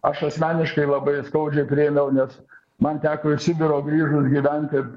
aš asmeniškai labai skaudžią priėmiau nes man teko iš sibiro grįžus gyventi